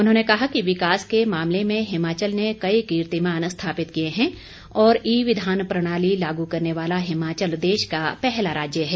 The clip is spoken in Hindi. उन्होंने कहा कि विकास के मामले में हिमाचल ने कई कीर्तिमान स्थापित किए हैं और ई विधान प्रणाली लागू करने वाला हिमाचल देश का पहला राज्य है